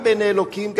גם בעיני האלוקים,